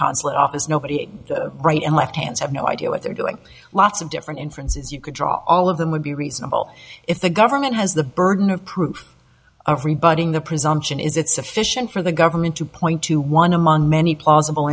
consulate office nobody right and left hands have no idea what they're doing lots of different inferences you could draw all of them would be reasonable if the government has the burden of proof of rebutting the presumption is it sufficient for the government to point to one among many possible